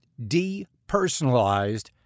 depersonalized